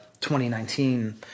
2019